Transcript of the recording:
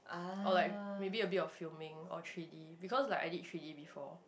or like maybe a bit of filming or three-D because like I did three-D before